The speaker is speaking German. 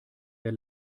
der